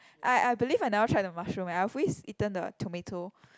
I I believe I never tried the mushroom eh I've always eaten the tomato